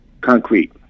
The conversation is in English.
concrete